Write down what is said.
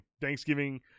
thanksgiving